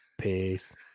Peace